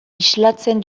islatzen